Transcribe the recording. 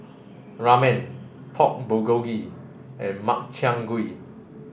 Ramen Pork Bulgogi and Makchang Gui